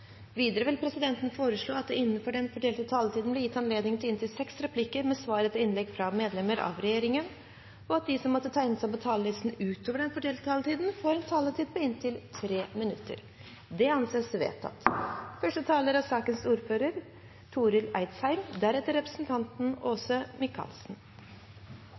Videre vil presidenten foreslå at det – innenfor den fordelte taletid – blir gitt anledning til replikkordskifte på inntil seks replikker med svar etter innlegg fra medlemmer av regjeringen, og at de som måtte tegne seg på talerlisten utover den fordelte taletid, får en taletid på inntil 3 minutter. – Det anses vedtatt.